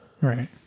Right